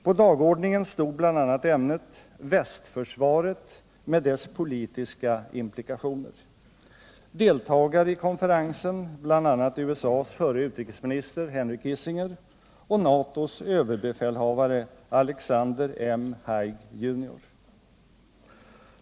På dagordningen stod bl.a. ämnet ”Västförsvaret med dess politiska implikationer”. Deltagare i konferensen var bl.a. USA:s förre utrikesminister Henry Kissinger och NATO:s överbefälhavare Alexander M. Haig junior.